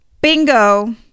Bingo